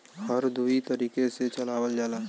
हर दुई तरीके से चलावल जाला